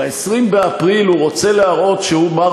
ב-20 באפריל הוא רוצה להראות שהוא מר